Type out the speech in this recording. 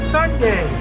Sunday